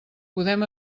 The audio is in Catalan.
podem